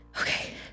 Okay